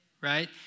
right